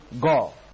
go